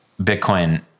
Bitcoin